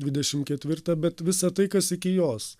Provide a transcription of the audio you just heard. dvidešim ketvirtą bet visa tai kas iki jos